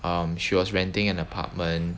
um she was renting an apartment